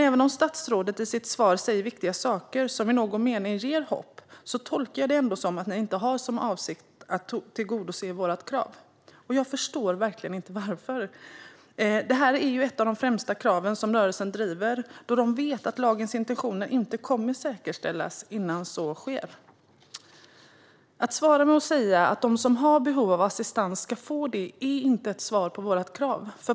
Även om statsrådet i sitt svar säger viktiga saker som i någon mening ger hopp tolkar jag det ändå som att ni inte har för avsikt att tillgodose vårt krav. Jag förstår verkligen inte varför. Det här är ju ett av de främsta krav som rörelsen driver, då de vet att lagens intentioner inte kommer att säkerställas innan så sker. Att svara med att säga att de som har behov av assistans ska få det är inte ett svar på vårt krav.